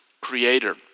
creator